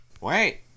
Wait